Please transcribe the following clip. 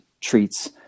treats